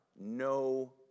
no